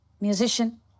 musician